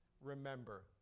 remember